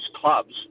clubs